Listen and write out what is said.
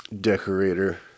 decorator